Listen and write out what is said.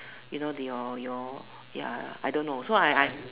you know your your ya I don't know so I I